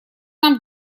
нам